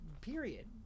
Period